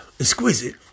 exquisite